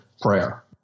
prayer